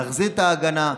נחזיר את ההגנה,